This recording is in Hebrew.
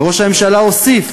וראש הממשלה הוסיף: